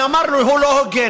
אמרתי לו: הוא לא הוגן.